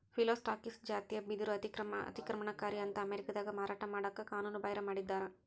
Phyllostachys ಜಾತಿಯ ಬಿದಿರು ಆಕ್ರಮಣಕಾರಿ ಅಂತ ಅಮೇರಿಕಾದಾಗ ಮಾರಾಟ ಮಾಡಕ ಕಾನೂನುಬಾಹಿರ ಮಾಡಿದ್ದಾರ